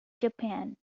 japan